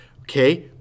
Okay